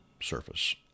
surface